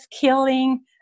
killing